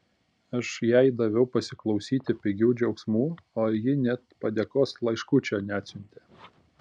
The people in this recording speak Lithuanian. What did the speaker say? aš jai daviau pasiklausyti pigių džiaugsmų o ji net padėkos laiškučio neatsiuntė